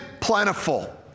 plentiful